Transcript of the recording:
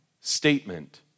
statement